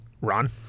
Ron